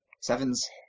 Sevens